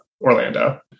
Orlando